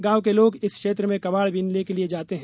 गांव के लोग इस क्षेत्र में कबाड़ बीनने के लिये जाते हैं